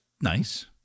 nice